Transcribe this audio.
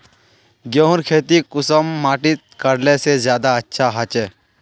गेहूँर खेती कुंसम माटित करले से ज्यादा अच्छा हाचे?